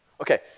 Okay